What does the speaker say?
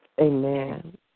Amen